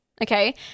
Okay